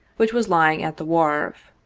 which was lying at the wharf.